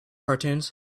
cartoons